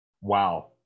Wow